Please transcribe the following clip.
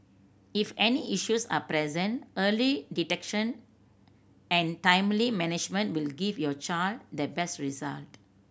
if any issues are present early detection and timely management will give your child the best result